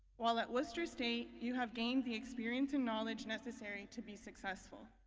while at worcester state, you have gained the experience and knowledge necessary to be successful.